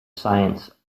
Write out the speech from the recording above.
science